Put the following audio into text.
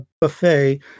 buffet